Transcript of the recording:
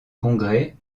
congrès